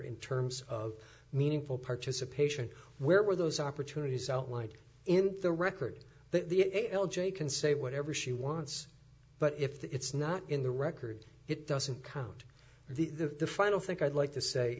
in terms of meaningful participation where were those opportunities outlined in the record the l g can say whatever she wants but if that it's not in the record it doesn't count the final think i'd like to say